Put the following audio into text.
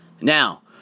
Now